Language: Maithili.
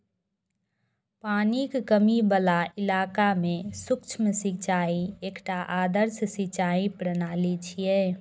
पानिक कमी बला इलाका मे सूक्ष्म सिंचाई एकटा आदर्श सिंचाइ प्रणाली छियै